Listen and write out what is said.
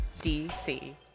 DC